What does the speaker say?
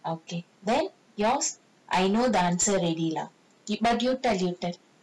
okay then yours I know the answer already lah but you tell you tell